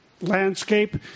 Landscape